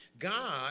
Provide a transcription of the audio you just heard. God